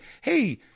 hey